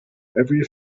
every